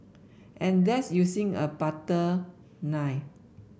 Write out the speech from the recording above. and that's using a butter knife